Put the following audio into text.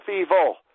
evil